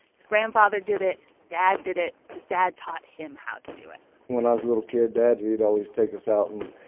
his grandfather did it. his dad did it. his dad taught him how to do it when i was a little kid, dad, he'd always take us out and